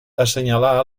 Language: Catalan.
assenyalà